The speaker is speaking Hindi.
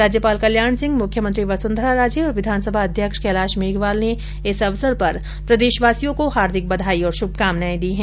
राज्यपाल कल्याण सिंह मुख्यमंत्री वसुन्धरा राजे और विधानसभा अध्यक्ष कैलाश मेघवाल ने इस अवसर पर प्रदेशवासियों को हार्दिक बधाई और श्रभकामनाएं दी हैं